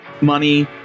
money